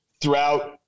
throughout